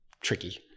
tricky